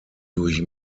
durch